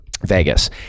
vegas